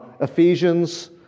Ephesians